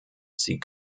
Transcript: sie